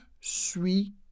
suis